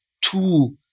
two